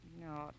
No